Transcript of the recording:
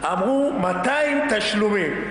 אמרו 200 תשלומים.